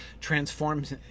transforms